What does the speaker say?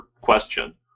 question